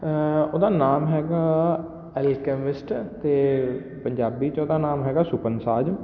ਉਹਦਾ ਨਾਮ ਹੈਗਾ ਅਲਕੇਮਿਸਟ ਅਤੇ ਪੰਜਾਬੀ 'ਚ ਉਹਦਾ ਨਾਮ ਹੈਗਾ ਸੁਪਨਸਾਜ਼